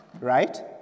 right